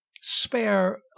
spare